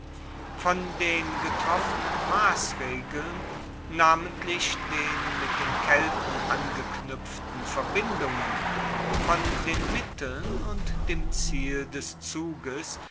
von den getroffenen massregeln namentlich den mit den kelten angeknuepften verbindungen von den mitteln und dem ziel des zuges